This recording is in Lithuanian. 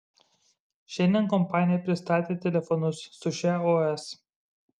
šiandien kompanija pristatė telefonus su šia os